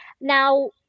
Now